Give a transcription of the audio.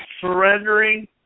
surrendering